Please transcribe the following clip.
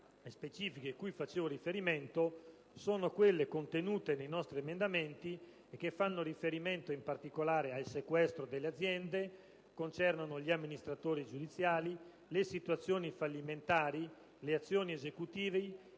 specifiche cui accennavo sono quelle contenute negli emendamenti che fanno riferimento, in particolare, al sequestro delle aziende, e concernono gli amministratori giudiziari, le situazioni fallimentari, le azioni esecutive,